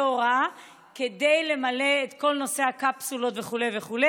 הוראה כדי למלא את כל נושא הקפסולות וכו'.